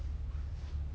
mm